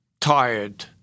tired